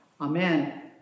Amen